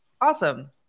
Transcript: awesome